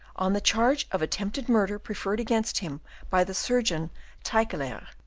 on the charge of attempted murder preferred against him by the surgeon tyckelaer,